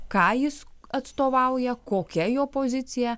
ką jis atstovauja kokia jo pozicija